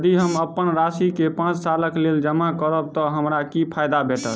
यदि हम अप्पन राशि केँ पांच सालक लेल जमा करब तऽ हमरा की फायदा भेटत?